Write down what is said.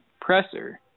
presser